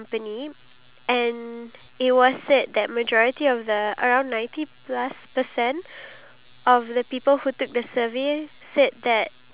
ya true I feel like planning there's a lot of planning you need to do you need to plan for what you want to do you need to plan for your financial needs